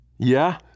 Yeah